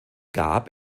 gab